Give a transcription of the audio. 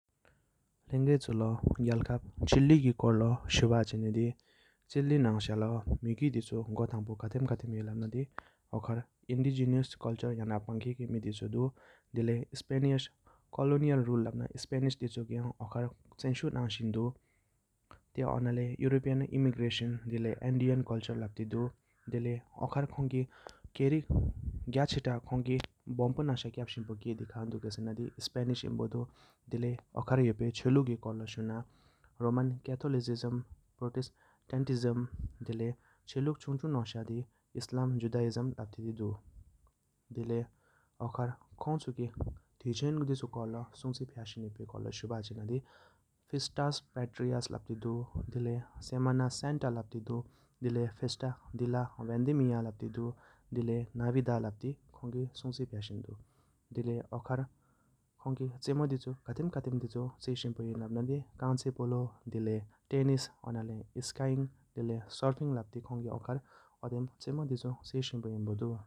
ལེན་གསལ་ཆུ་ལོ་རྒྱལ་ཁབ་ཁའི་ལུས་བདུན་གཙོར་ཉིད་འཚུན་དྲག་བྱས་ཤུར་ལོ་རྒྱ་ནང་གའི་དབང་ཚོགས་ཤུར་ལོ་སྨད་ཙམ་ཨེག་ཉའོ་མ་ཡང་གཞིས་དུས་ཤིང་མི་ང་དགའ་མོ་དང་དབྱིན་ཆུའུང། སྒར་འགྲུངས་འདུ་ལོ་བྱད་བསྐུར་རྐྱེན་ཚོགས་འཇུས་དུག་ཕྱིང་མངག་གཞིས་སྐར་རྣལ་འདོན་ཡོ་མཐའ་ཞི་སྤྱན་མཉེས་ཆུ་ཚལ་གྲགས་ཚག་ལོ་ས་བསྡིབས་དང་དུག་ཐིག་ས་ཚལ་དུག་ག། ཉའ་གསུངས་ཆེ་མེད་རྣམའི་དོག་གློ་སྤྲུལ་ཚང་གཉག་རྗས་མདོ་ཤས་ལོའི་འདས་ཟིའི་འཚིག་ཤུལ་འབོལ་བཅག་གྱིས་ཤུའུབ་ང་བསྒྲིབས་ལའི་བྱས་ཚག་འཚོགས་ངས་ཉ་ལོ་འགྱུར་བསྐུར། དུ་དུ། དི་ལའི་ཆག་ལོ་ལྷ་ཡོད་རིགས་ཤར་རིས་ཐོག་དང་མ་ཡིག་རྭ་མྱིག་ཨད་མཚལ་གྱི་ནུས་པ་ལེགས་མའི་གནས་པར་བརྫིས་དང་ཡིམ་མེད་ཡིམ་བརྒྱུད་མཆིས་ཤུལ་ཁྱེར་ཤུའུམ་སངས་དང་ཝ་གུ་ཤུལ་ཝ་དམོས་ཡུ་ཚང་བ་སུ་མི་རང་ང་ལམ་དེ། གྱུ་སྒྱུར་ནོར་ཀུ་ཞུས་དུས་ཆོས་གྲངས་ར་བྱེད་ཨ་གྱོད་དུག་དམན་རིས་ང་ཡོ་དུབ་ཞར་དག་རྱར་པ་ཚང་རྟོན་ནས་ཤར་ཛྷབས་དགོངས་སྤུལ། དང་ཝ་ལོར་རྗེ་སའུ་ཟིལ་ཐུན་ཀ་ཡིད་སྟོབས་ཕྱོགས་ཤེས་ཡང་གི་སུལ་ཐོལ་དང་ཟར་ལོའི་མཉེས་ཨ་སྒྲག། ས་ཡོ་གོ་ལཱ་འཛུལ་ཞེངས་ཟིན་བུ་འཚོལ་གྱུས་ཏེ་དུ་དབུས་ཆི་དང་གསར་དྲུངས་འདུས་སྐྲུགས་རྒས་ནོས་ཀོར་གང་།